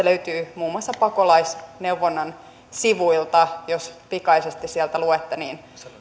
löytyy muun muassa pakolaisneuvonnan sivuilta jos pikaisesti sieltä luette niin